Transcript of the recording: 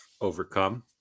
overcome